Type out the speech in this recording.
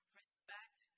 respect